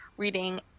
reading